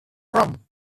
from